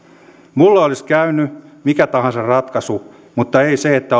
minulle olisi käynyt mikä tahansa ratkaisu mutta ei se että